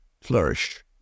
flourish